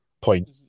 point